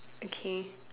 okay